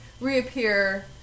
reappear